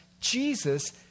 jesus